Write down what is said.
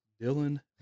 Dylan